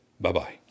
Bye-bye